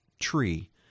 tree